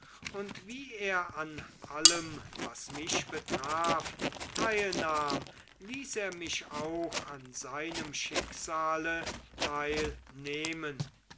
und wie er an allem was mich betraf teilnahm ließ er mich auch an seinem schicksale teilnehmen